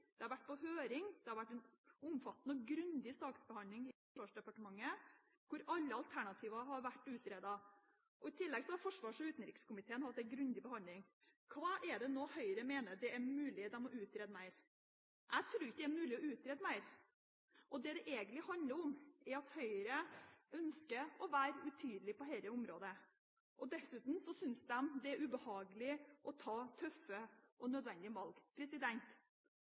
det har vært på høring, og det har vært en omfattende og grundig saksbehandling i Forsvarsdepartementet, hvor alle alternativer har vært utredet. I tillegg har forsvars- og utenrikskomiteen hatt en grundig behandling. Hva er det Høyre nå mener at de må utrede mer? Jeg tror ikke det er mulig å utrede mer. Det det egentlig handler om, er at Høyre ønsker å være utydelig på dette området. Dessuten synes de det er ubehagelig å ta tøffe og nødvendige valg.